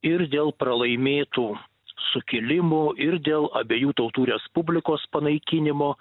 ir dėl pralaimėtų sukilimų ir dėl abiejų tautų respublikos panaikinimo